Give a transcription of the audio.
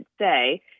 say